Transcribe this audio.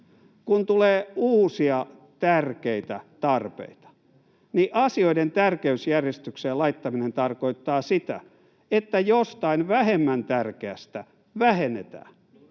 Kun tulee uusia tärkeitä tarpeita, niin asioiden tärkeysjärjestykseen laittaminen tarkoittaa sitä, että jostain vähemmän tärkeästä vähennetään,